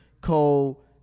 Cole